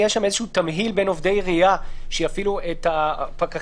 יש שם איזשהו תמהיל בין עובדי עירייה שיפעילו את הפקחים